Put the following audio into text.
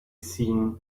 seen